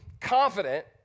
confident